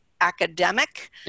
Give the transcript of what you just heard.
academic